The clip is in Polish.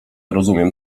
zrozumiem